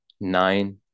nine